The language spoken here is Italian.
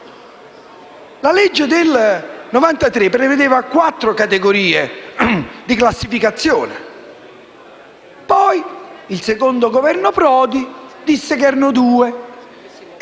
La legge del 1993 prevedeva quattro categorie di classificazione; poi, il secondo Governo Prodi ha detto che erano due e